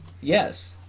Yes